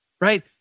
right